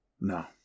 No